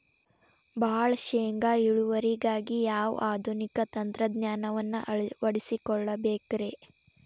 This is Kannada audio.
ಭಾಳ ಶೇಂಗಾ ಇಳುವರಿಗಾಗಿ ಯಾವ ಆಧುನಿಕ ತಂತ್ರಜ್ಞಾನವನ್ನ ಅಳವಡಿಸಿಕೊಳ್ಳಬೇಕರೇ?